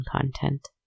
content